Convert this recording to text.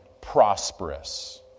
prosperous